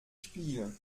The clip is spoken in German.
spiele